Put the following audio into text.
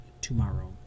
tomorrow